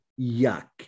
yuck